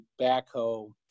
backhoe